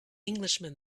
englishman